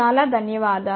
చాలా ధన్యవాదాలు